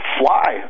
fly